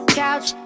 couch